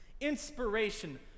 Inspiration